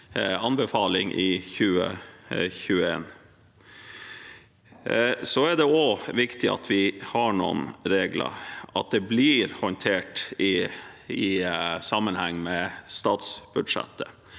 Så er det viktig at vi har noen regler, at det blir håndtert i sammenheng med statsbudsjettet.